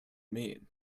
mean